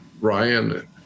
Ryan